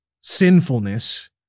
sinfulness